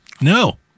no